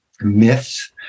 myths